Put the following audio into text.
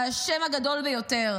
האשם הגדול ביותר,